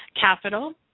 capital